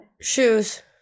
Shoes